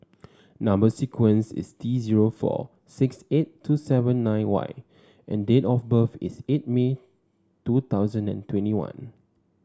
number sequence is T zero four six eight two seven nine Y and date of birth is eight May two thousand and twenty one